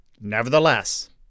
Nevertheless